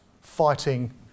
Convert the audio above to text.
fighting